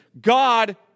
God